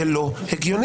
זה לא הגיוני.